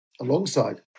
alongside